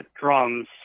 drums